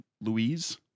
Louise